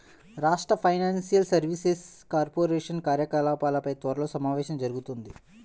రాష్ట్ర financial services corporation కార్యకలాపాలపై త్వరలో సమావేశం జరుగుతుంది